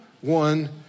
one